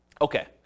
okay